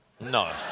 No